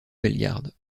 bellegarde